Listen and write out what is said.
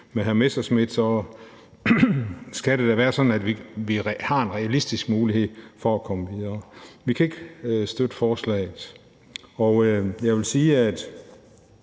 Morten Messerschmidt, skal det da være sådan, at vi har en realistisk mulighed for at komme videre. Vi kan ikke støtte forslaget. Jeg vil sige, at